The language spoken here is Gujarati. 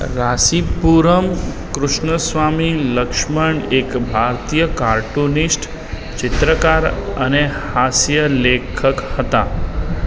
રાસીપુરમ કૃષ્ણસ્વામી લક્ષ્મણ એક ભારતીય કાર્ટૂનિસ્ટ ચિત્રકાર અને હાસ્યલેખક હતા